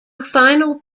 final